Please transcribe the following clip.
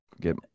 get